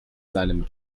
seinem